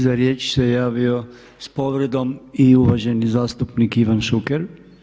Za riječ se javio s povredom i uvaženi zastupnik Ivan Šuker.